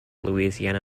louisiana